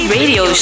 Radio